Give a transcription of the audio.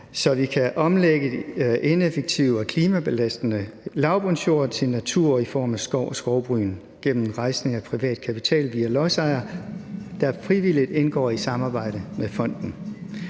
så vi kan omlægge ineffektive og klimabelastende lavbundsjorder til natur i form af skov og skovbryn gennem rejsning af privat kapital via lodsejere, der frivilligt indgår i samarbejde med fonden.